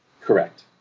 Correct